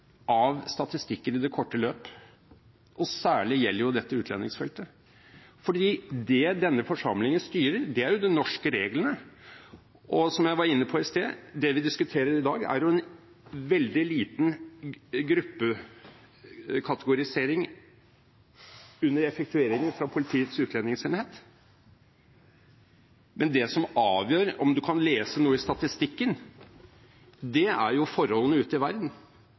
av statistikken i det korte løp, og særlig gjelder jo dette utlendingsfeltet, fordi det denne forsamlingen styrer, er jo de norske reglene. Som jeg var inne på i sted: Det vi diskuterer i dag, er jo en veldig liten gruppekategorisering under effektueringer fra Politiets utlendingsenhet, men det som avgjør om du kan lese noe ut fra statistikken, er jo forholdene ute i verden,